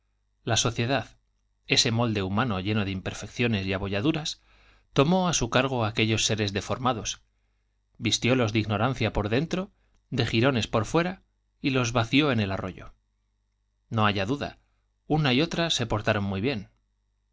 la sociedad ese molde humano lleno de imperfecciones y abolladuras tomó deformados vistiólos de á su cargo aquellos seres ignorancia por dentro de jirones por fuera y los vació en el arroyo n o haya duda una y otra se por taron muy bien